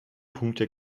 punkte